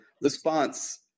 response